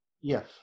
Yes